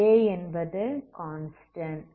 a என்பது constant